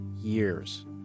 years